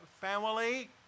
family